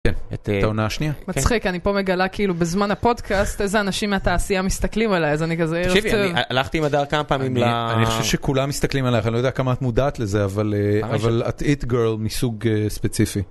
אני פה מגלה כאילו בזמן הפודקאסט, איזה אנשים מהתעשייה מסתכלים עליי, אז אני כזה ערב טוב. תקשיבי, אני הלכתי עם אדר כמה פעמים. אני חושב שכולם מסתכלים עליך, אני לא יודע כמה את מודעת לזה, אבל את איט גירל מסוג ספציפי.